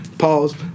pause